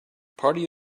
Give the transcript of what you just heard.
party